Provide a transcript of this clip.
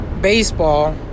baseball